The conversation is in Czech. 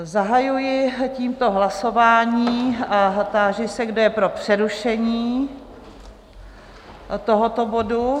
Zahajuji tímto hlasování a táži se, kdo je pro přerušení tohoto bodu?